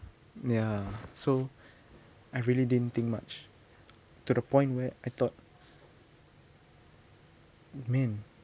ya so I really didn't think much to the point where I thought man